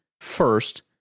first